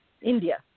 India